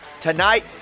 Tonight